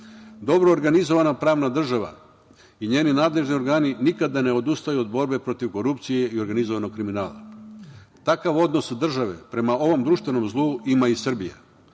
Dobro organizovana pravna država i njeni nadležni organi nikada ne odustaju od borbe protiv korupcije i organizovanog kriminala. Takav odnos države prema ovom društvenom zlu ima i Srbija.